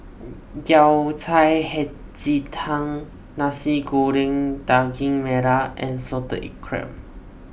Yao Cai Hei Ji Tang Nasi Goreng Daging Merah and Salted Crab